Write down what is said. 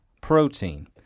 protein